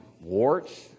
warts